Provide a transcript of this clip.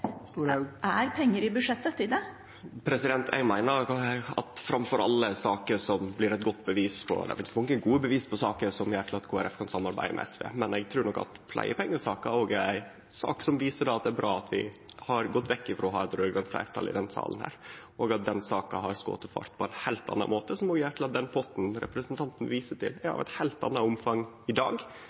det er penger til det i budsjettet? Det finst mange gode bevis på saker som gjer at Kristeleg Folkeparti kan samarbeide med SV, men eg trur nok at pleiepengesaka er ei sak som òg viser at det er bra at vi har gått vekk frå å ha eit raud-grønt fleirtal i denne salen. Den saka har skote fart på ein heilt annan måte, som no gjer at den potten representanten viser til, er av eit heilt anna omfang i dag